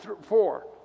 four